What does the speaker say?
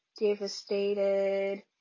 devastated